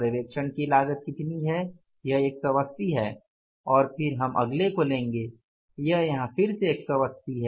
पर्यवेक्षण की लागत कितनी है यह 180 है और फिर हम अगले को लेंगे यह फिर से यहां 180 है